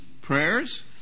prayers